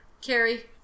Carrie